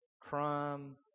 crime